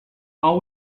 all